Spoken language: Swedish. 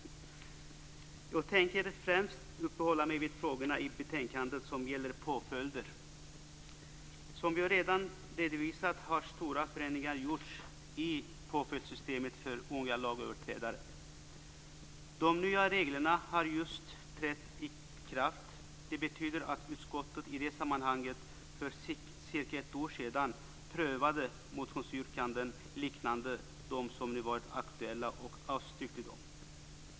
Jag tänker främst uppehålla mig vid frågorna i betänkandet som gäller påföljder. Som jag redan redovisat har stora förändringar gjorts i påföljdssystemet för unga lagöverträdare. De nya reglerna har just trätt i kraft. Det betyder att utskottet i det sammanhanget, för cirka ett år sedan, prövade motionsyrkanden liknande dem som nu varit aktuella och avstyrkte dem.